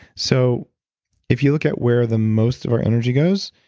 so if you look at where the most of our energy goes,